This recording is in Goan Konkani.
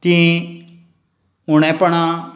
तीं उणेपणां